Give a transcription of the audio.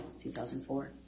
2004